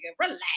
relax